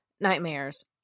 nightmares